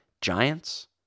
Giants